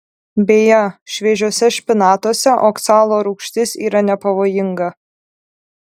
beje šviežiuose špinatuose oksalo rūgštis yra nepavojinga